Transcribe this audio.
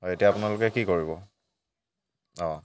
হয় এতিয়া আপোনালোকে কি কৰিব অঁ